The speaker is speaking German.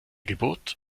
geburt